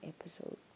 episode